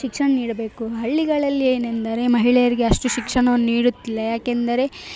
ಶಿಕ್ಷಣ ನೀಡಬೇಕು ಹಳ್ಳಿಗಳಲ್ಲಿ ಏನೆಂದರೆ ಮಹಿಳೆಯರಿಗೆ ಅಷ್ಟು ಶಿಕ್ಷಣವನ್ನು ನೀಡುತ್ತಿಲ್ಲ ಯಾಕೆಂದರೆ